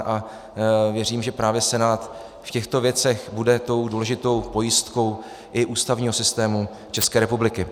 A věřím, že právě Senát v těchto věcech bude tou důležitou pojistkou i ústavního systému České republiky.